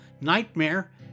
Nightmare